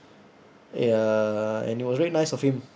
ya and it was very nice of him